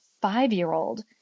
five-year-old